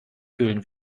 fühlen